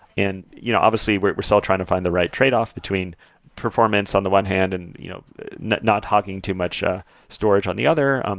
and you know obviously, we're still trying to find the right tradeoff between performance on the one hand and you know not not hogging too much ah storage on the other. um